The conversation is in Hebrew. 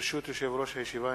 ברשות יושב-ראש הישיבה,